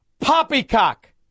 poppycock